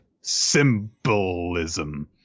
Symbolism